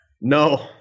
No